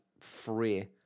free